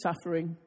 suffering